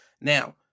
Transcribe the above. Now